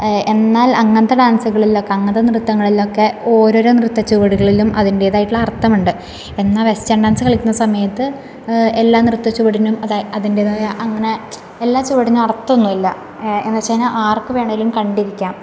എന്നാൽ അങ്ങനത്തെ ഡാൻസുകളിലോക്കെ അങ്ങനത്തെ നൃത്തങ്ങളിലക്കെ ഓരോരോ നൃത്ത ചുവടുകളിലും അതിൻ്റെതായിട്ടുള്ള അർത്ഥമുണ്ട് എന്നാൽ വെസ്റ്റേൺ ഡാൻസ് കളിക്കുന്ന സമയത്ത് എല്ലാ നൃത്ത ചുവടിനും അത് അതിൻ്റെതായ അങ്ങനെ എല്ലാ ചുവടിനും അർത്ഥോന്നുമില്ല എന്നു വെച്ചുകഴിഞ്ഞാൽ ആർക്ക് വേണേലും കണ്ടിരിക്കാം